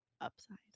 upside